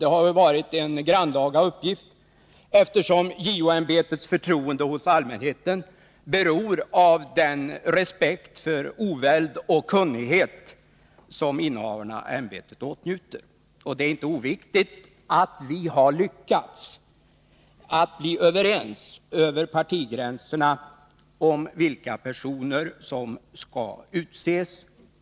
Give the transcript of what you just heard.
Det har varit en grannlaga uppgift, eftersom JO-ämbetets 10 november 1982 förtroende hos allmänheten beror av den respekt för oväld och kunnighet som innehavarna av ämbetet åtnjuter. Det är inte oviktigt att vi har lyckats bli Justitieombudsöverens över partigränserna om vilka personer som skall utses.